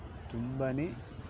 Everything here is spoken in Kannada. ತುಂಬಾ